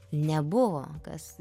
nebuvo kas